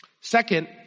second